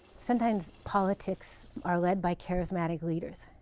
sometimes politics are led by charismatic leaders,